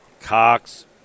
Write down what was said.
Cox